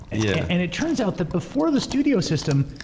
yeah and it turns out that before the studio system,